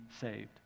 saved